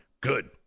Good